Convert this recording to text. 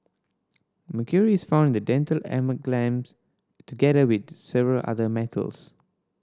mercury is found in the dental amalgams together with several other metals